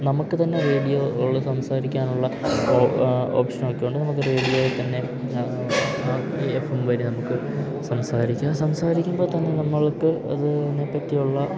നമുക്ക് തന്നെ റേഡിയോ ഉള്ളിൽ സംസാരിക്കാനുള്ള ഒ ഓപ്ഷനൊക്കെ ഉണ്ട് നമുക്ക് റേഡിയോയില് തന്നെ ആ എഫ് എം വഴി നമുക്ക് സംസാരിക്കാം സംസാരിക്കുമ്പോൾ തന്നെ നമ്മള്ക്ക് അതിനെ പറ്റിയുള്ള